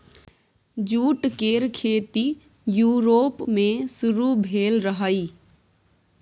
jute केर खेती Europe मे शुरु भेल रहइ